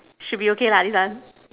should be okay lah this one